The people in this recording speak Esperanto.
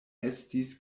estis